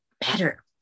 better